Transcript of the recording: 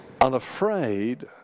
unafraid